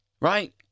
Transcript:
right